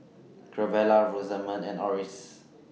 Gabriela Rosamond and Orris